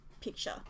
picture